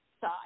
side